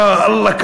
יא אללה,